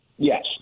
Yes